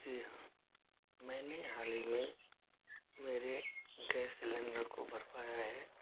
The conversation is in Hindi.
जी हाँ मैंने हाल ही में मेरे गैस सिलेंडर को भरवाया है